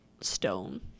stone